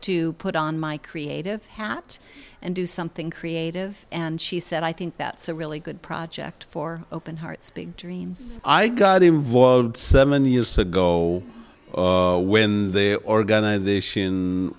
to put on my creative hat and do something creative and she said i think that's a really good project for open hearts big dreams i got involved seven years ago when their organization